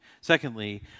Secondly